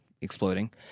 exploding